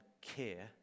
care